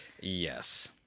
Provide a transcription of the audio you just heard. Yes